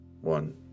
one